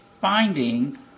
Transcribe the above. finding